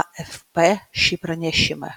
afp šį pranešimą